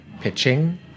pitching